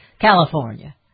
California